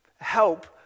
help